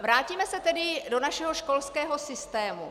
Vrátíme se tedy do našeho školského systému.